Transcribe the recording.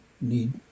need